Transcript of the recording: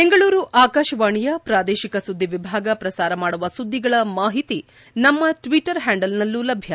ಬೆಂಗಳೂರು ಆಕಾಶವಾಣಿಯ ಪ್ರಾದೇಶಿಕ ಸುದ್ದಿ ವಿಭಾಗ ಪ್ರಸಾರ ಮಾಡುವ ಸುದ್ದಿಗಳ ಮಾಹಿತಿ ನಮ್ನ ಟ್ವಟರ್ ಹ್ಲಾಂಡಲ್ನಲ್ಲೂ ಲಭ್ಯ